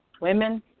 women